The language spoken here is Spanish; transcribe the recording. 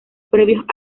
previos